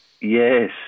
Yes